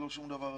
לא שום דבר אחר.